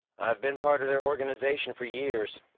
i've been part of their organization for years.